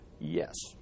Yes